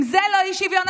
אם זה לא אי-שוויון,